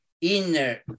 inner